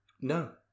No